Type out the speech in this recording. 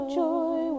joy